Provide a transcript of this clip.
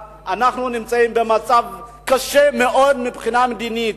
אנחנו נמצאים במצב קשה מאוד מבחינה מדינית.